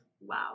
wow